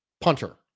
punter